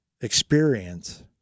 experience